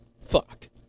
Fuck